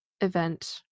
event